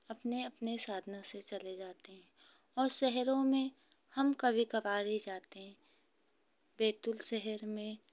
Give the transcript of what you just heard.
अपने अपने साधनों से चले जाते हैं और शहरों में हम कभी कभार ही जाते हैं बैतूल शहर में